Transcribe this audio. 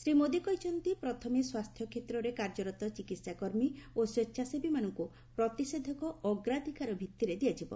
ଶ୍ରୀ ମୋଦୀ କହିଛନ୍ତି ପ୍ରଥମେ ସ୍ୱାସ୍ଥ୍ୟ କ୍ଷେତ୍ରରେ କାର୍ଯ୍ୟରତ ଚିକିତ୍ସା କର୍ମୀ ଓ ସ୍ୱେଚ୍ଛାସେବୀମାନଙ୍କୁ ପ୍ରତିଷେଧକ ଅଗ୍ରାଧିକାର ଭିତ୍ତିରେ ଦିଆଯିବ